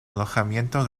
alojamiento